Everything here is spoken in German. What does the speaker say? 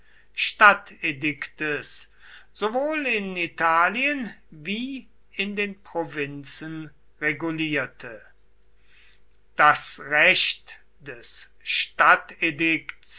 stadtediktes sowohl in italien wie in den provinzen regulierte das recht des